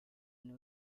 know